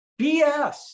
BS